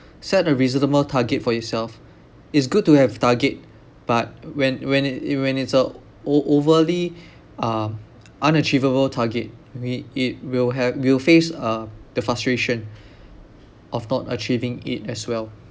set a reasonable target for yourself it's good to have target but when when it it when it's uh o~ overly um unachievable target we it will have we will face uh the frustration of not achieving it as well